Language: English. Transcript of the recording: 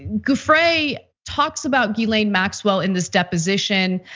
giuffre talks about ghislaine maxwell in this deposition.